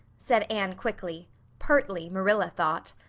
said anne quickly pertly, marilla thought.